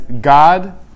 God